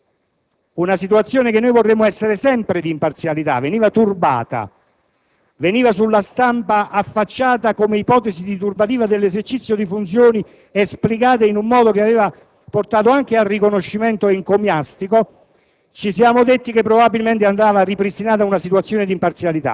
Quando ci siamo resi conto, come Italia dei Valori, che una situazione che vorremo fosse sempre di imparzialità veniva turbata e affacciata sulla stampa come ipotesi di turbativa dell'esercizio di funzioni esplicate in un modo che aveva portato anche ad un riconoscimento encomiastico,